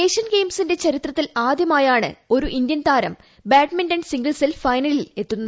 Asian ഗെയിംസിന്റെ ചരിത്രത്തിൽ ആദ്യമായാണ് ഒരു ഇന്ത്യൻ താരം ബാഡ്മിന്റൺ സിംഗിൾസിൽ ഫൈനലിൽ എത്തുന്നത്